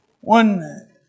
One